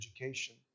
education